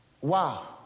Wow